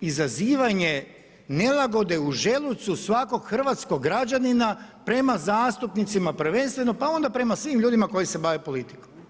izazivanje nelagode u želucu svakog hrvatskog građanina prema zastupnicima prvenstveno pa onda prema svim ljudima koji se bave politikom.